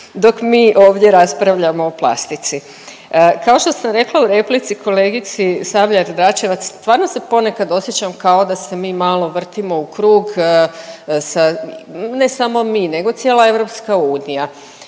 dok mi ovdje raspravljamo o plastici. Kao što sam rekla u replici kolegici Sabljar-Dračevac, stvarno se ponekad osjećam kao da se mi malo vrtimo u krug sa, ne samo mi nego cijela EU i